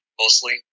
mostly